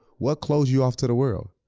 what close you off to the world?